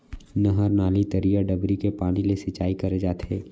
नहर, नाली, तरिया, डबरी के पानी ले सिंचाई करे जाथे